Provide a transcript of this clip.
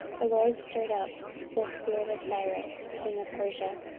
the lord stirred up the spirit of cyrus king of persia,